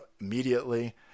immediately